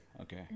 Okay